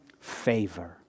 favor